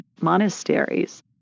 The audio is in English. monasteries